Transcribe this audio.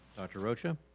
dr. rocha?